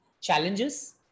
challenges